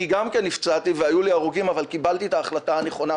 וגם אני נפצעתי והיו לי הרוגים וקיבלתי את ההחלטה הנכונה.